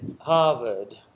Harvard